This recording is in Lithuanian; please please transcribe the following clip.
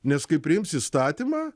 nes kai priims įstatymą